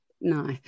no